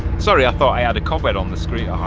sorry, i thought i had a cobweb on the screen.